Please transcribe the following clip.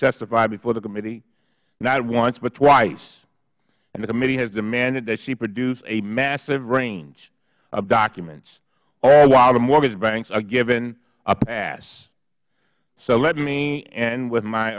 testify before the committee not once but twice and the committee has demanded that she produce a massive range of documents all while the mortgage banks are given a pass so let me end w